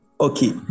Okay